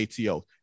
ATO